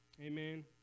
Amen